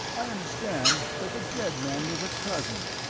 i understand that the dead man was a cousin,